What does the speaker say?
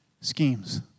schemes